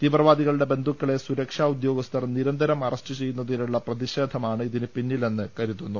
തീവ്രവാദികളുടെ ബന്ധുക്കളെ സുരക്ഷാ ഉദ്യോഗസ്ഥർ നിരന്തരം അറസ്റ്റ് ചെയ്യുന്നതിലുള്ള പ്രതിഷേധമാണ് ഇതിന് പിന്നിലെന്ന് കരുതുന്നു